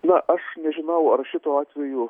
na aš nežinau ar šituo atveju